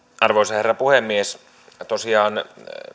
arvoisa herra puhemies tosiaan